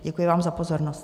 Děkuji vám za pozornost.